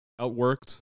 outworked